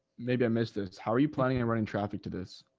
maybe i missed it. it's how are you planning on running traffic to this?